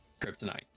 Kryptonite